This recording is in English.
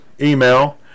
email